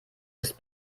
ist